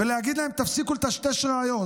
ולהגיד להם: תפסיקו לטשטש ראיות.